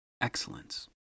excellence